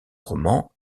roman